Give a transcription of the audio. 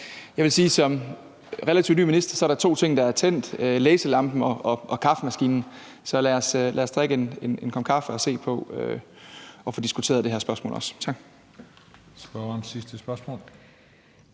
jeg vil sige, at som relativt ny minister er der to ting, der er tændt: læselampen og kaffemaskinen. Så lad os drikke en kop kaffe og få set på og diskuteret det her spørgsmål også. Tak.